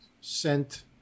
sent